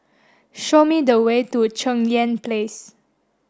show me the way to Cheng Yan Place